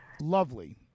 lovely